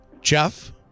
Jeff